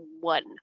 one